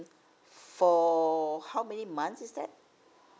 for how many months is that